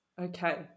Okay